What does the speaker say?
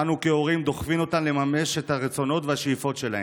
אנו כהורים דוחפים אותן לממש את הרצונות והשאיפות שלהן,